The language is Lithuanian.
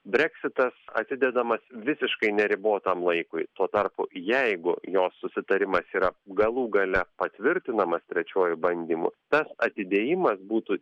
breksitas atidedamas visiškai neribotam laikui tuo tarpu jeigu jo susitarimas yra galų gale patvirtinamas trečiuoju bandymu tas atidėjimas būtų